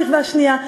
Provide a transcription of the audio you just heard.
שכבה שנייה,